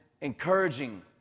encouraging